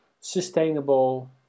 sustainable